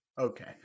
Okay